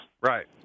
Right